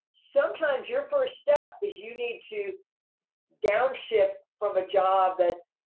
sometimes your first step is you need to downshift from a job that's,